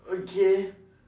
okay